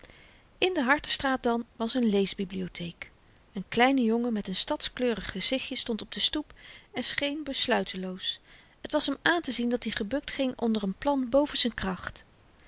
in de hartenstraat dan was n leesbibliotheek een kleine jongen met n stadskleurig gezichtje stond op de stoep en scheen besluiteloos het was hem aantezien dat-i gebukt ging onder n plan boven z'n kracht